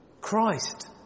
Christ